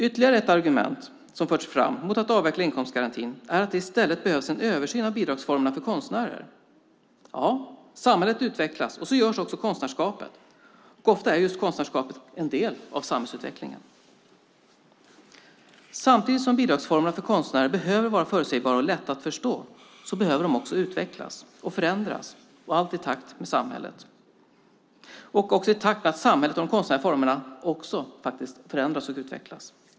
Ytterligare ett argument som förts fram mot att avveckla inkomstgarantin är att det i stället behövs en översyn av bidragsformerna för konstnärer. Samhället utvecklas, och det gör också konstnärskapet. Ofta är just konstnärskapet en del av samhällsutvecklingen. Samtidigt som bidragsformerna för konstnärer behöver vara förutsägbara och lätta att förstå behöver de också utvecklas och förändras i takt med att samhället och de konstnärliga formerna utvecklas och förändras.